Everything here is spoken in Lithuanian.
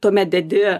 tuomet dedi